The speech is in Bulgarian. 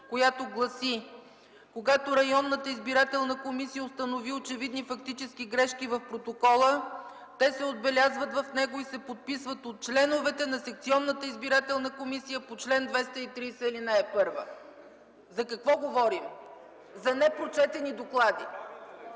която гласи: „Когато районната избирателна комисия установи очевидни фактически грешки в протокола, те се отбелязват в него и се подписват от членовете на секционната избирателна комисия по чл. 230, ал. 1”. За какво говорим? – За непрочетени доклади.